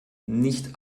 nicht